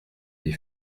des